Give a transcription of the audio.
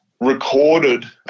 recorded